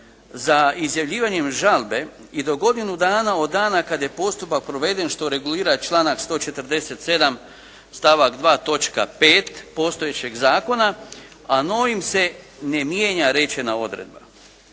za izjavljivanjem žalbe i do godinu dana od dana kada je postupak proveden što regulira članak 147. stavak 2. točka 5. postojećeg zakona, a novim se ne mijenja rečena odredba.